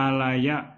Alaya